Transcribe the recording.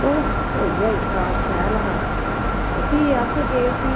चलो होइया साथ शैल हा ते भी अस गे उठी